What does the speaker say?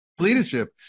leadership